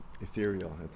ethereal